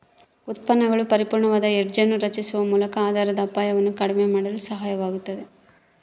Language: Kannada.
ಉತ್ಪನ್ನಗಳು ಪರಿಪೂರ್ಣವಾದ ಹೆಡ್ಜ್ ಅನ್ನು ರಚಿಸುವ ಮೂಲಕ ಆಧಾರದ ಅಪಾಯವನ್ನು ಕಡಿಮೆ ಮಾಡಲು ಸಹಾಯವಾಗತದ